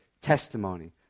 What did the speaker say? testimony